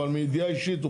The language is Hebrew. אבל מידיעה אישית,